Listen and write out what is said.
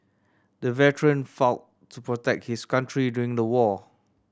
the veteran fought to protect his country during the war